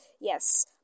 Yes